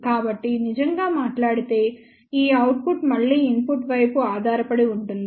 కాబట్టి నిజంగా మాట్లాడితే ఈ అవుట్పుట్ మళ్ళీ ఇన్పుట్ వైపు ఆధారపడి ఉంటుంది